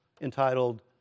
entitled